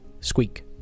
squeak